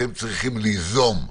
אתם צריכים ליזום.